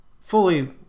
fully